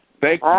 Thank